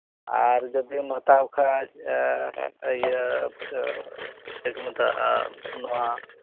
ᱟᱨ ᱡᱩᱫᱤᱢ ᱦᱟᱛᱟᱣ ᱠᱷᱟᱱ ᱤᱭᱟᱹ ᱪᱮᱫ ᱠᱚ ᱢᱮᱛᱟᱜᱼᱟ ᱱᱚᱣᱟ